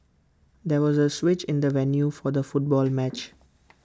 there was A switch in the venue for the football match